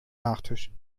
nachtisch